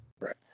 Right